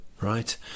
Right